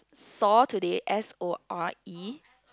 sore today S O R E